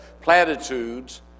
platitudes